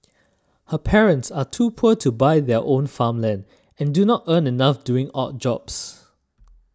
her parents are too poor to buy their own farmland and do not earn enough doing odd jobs